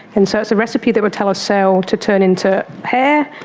and so it's a recipe that will tell a cell to turn into hair,